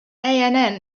ann